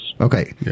Okay